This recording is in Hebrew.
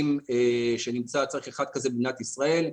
שצריך אחד במדינת ישראל,